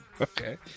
Okay